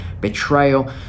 betrayal